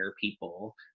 people